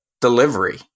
delivery